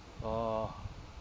oh